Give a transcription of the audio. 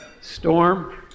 storm